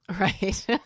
Right